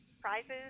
Prizes